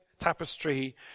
tapestry